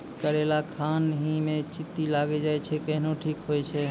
करेला खान ही मे चित्ती लागी जाए छै केहनो ठीक हो छ?